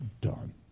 done